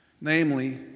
Namely